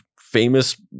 famous